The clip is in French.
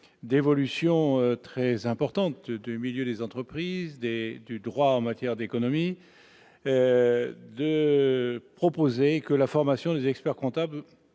d'évolutions très importantes du milieu des entreprises et du droit en matière d'économie, la formation des experts-comptables